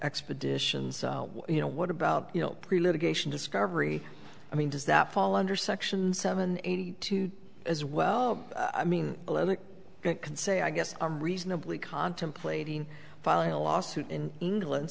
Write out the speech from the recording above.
expeditions you know what about you know pre litigation discovery i mean does that fall under section seven eighty two as well i mean can say i guess i'm reasonably contemplating filing a lawsuit in england